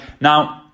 Now